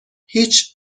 هیچ